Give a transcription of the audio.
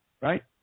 Right